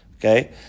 Okay